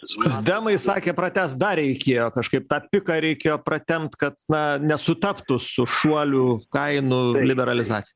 socdemai sakė pratęst dar reikėjo kažkaip tą piką reikėjo pratempt kad na nesutaptų su šuoliu kainų liberalizacija